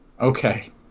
Okay